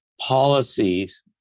policies